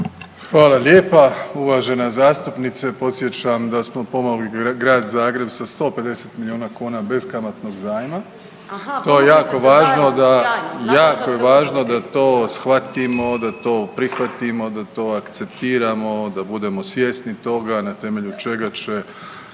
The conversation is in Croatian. Hvala lijepa uvažena zastupnice. Podsjećam da smo pomogli Grad Zagreb sa 150 milijuna kuna beskamatnog zajma. To je jako važno da, jako je važno da to shvatimo, da to prihvatimo, da to akceptiramo, da budemo svjesni toga na temelju čega će